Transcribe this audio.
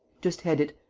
just head it,